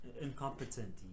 incompetent